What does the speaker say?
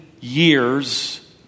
years